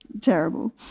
terrible